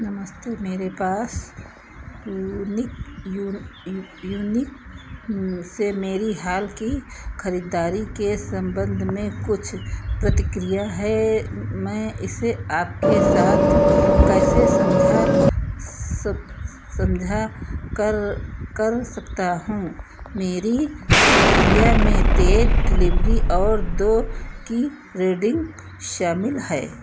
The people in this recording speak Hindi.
नमस्ते मेरे पास वूनिक यू यूनिक से मेरी हाल की खरीदारी के सम्बन्ध में कुछ प्रतिक्रिया है मैं इसे आपके साथ कैसे समझा समझा कर कर सकता हूँ मेरी प्रतिक्रिया में तेज डिलिवरी और दो की रेटिन्ग शामिल है